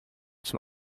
zum